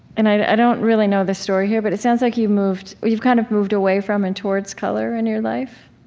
and i don't really know the story here, but it sounds like you moved you've kind of moved away from and towards color in your life,